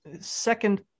second